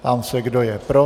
Ptám se, kdo je pro.